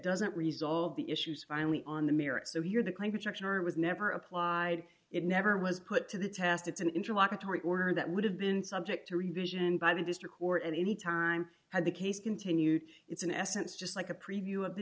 doesn't resolve the issues finally on the merits so here the climate action or it was never applied it never was put to the test it's an interlocutory order that would have been subject to revision by the district court at any time had the case continued it's in essence just like a preview of the